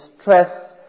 stress